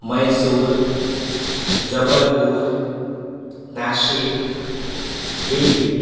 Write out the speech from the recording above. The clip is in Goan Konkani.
मैसुर जबलपुर नाशिक बिड